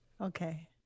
Okay